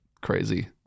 crazy